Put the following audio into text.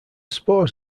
spores